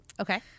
Okay